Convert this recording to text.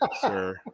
sir